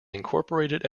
incorporated